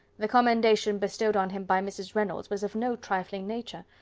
the commendation bestowed on him by mrs. reynolds was of no trifling nature.